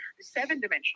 seven-dimensional